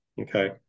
Okay